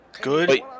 Good